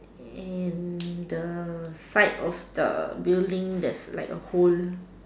and the fight of the building there's like a hole